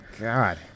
God